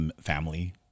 family